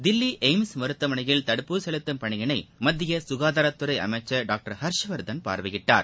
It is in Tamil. தில்லி எய்ம்ஸ் மருத்துவமனையில் தடுப்பூசி செலுத்தும் பணியினை மத்திய சுகாதாரத்துறை அமைச்சர் டாக்டர் ஹர்ஷ்வர்தன் பார்வையிட்டார்